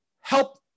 help